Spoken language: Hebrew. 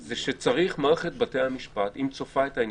אם מערכת בתי המשפט צופה את העניין,